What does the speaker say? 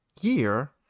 year